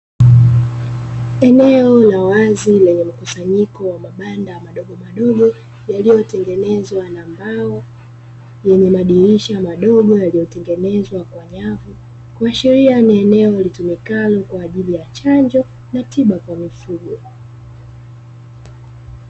Eneo la wazi lenye mkusanyiko wa mabanda madogomadogo yaliyo tengenzwa na mbao yenye madirisha madogo yaliyo tengenezwa kwa nyavu kuashiria ni eneo litumikalo kwa ajili ya chanjo na tiba kwa mifugo.